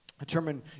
Determine